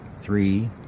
Three